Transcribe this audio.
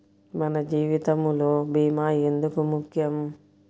మన జీవితములో భీమా ఎందుకు ముఖ్యం?